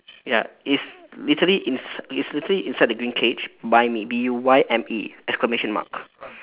ya it's literally ins~ it's literally inside the green cage buy me B U Y M E exclamation mark